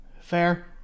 fair